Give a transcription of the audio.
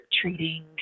treating